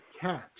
catch –